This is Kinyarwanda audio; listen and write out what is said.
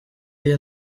iyi